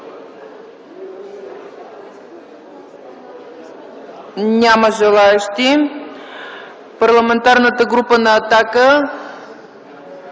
Няма желаещи. От Парламентарната група на „Атака”?